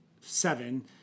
seven